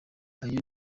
ayo